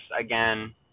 again